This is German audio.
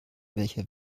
welcher